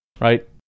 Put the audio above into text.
right